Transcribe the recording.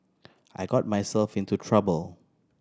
I got myself into trouble